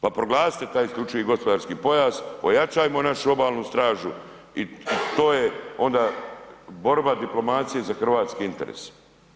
Pa proglasite taj isključivi gospodarski pojas, pojačajmo našu obalnu stražu i to je onda borba diplomacije za hrvatske interese.